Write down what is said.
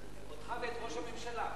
אותך ואת ראש הממשלה.